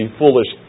foolish